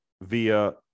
via